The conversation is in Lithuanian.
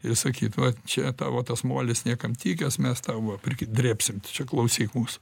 ir sakyt va čia tavo tas molis niekam tikęs mes tau va pridrėbsim tu čia klausyk mūsų